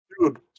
Dude